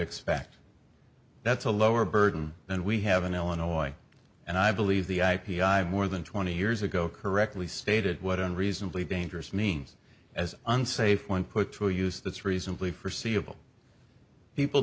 expect that's a lower burden than we have in illinois and i believe the i p i more than twenty years ago correctly stated what unreasonably dangerous means as unsafe when put to use that's reasonably forseeable people